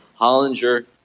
Hollinger